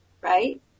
right